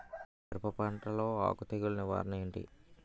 మిరప పంటలో ఆకు తెగులు నివారణ ఏంటి?